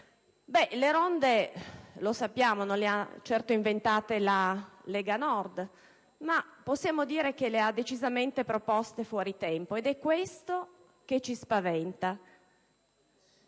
Le ronde non le ha certo inventate la Lega Nord, ma possiamo dire che le ha proposte decisamente fuori tempo ed è questo che ci spaventa.